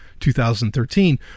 2013